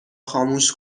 خاموش